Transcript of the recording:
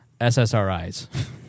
SSRIs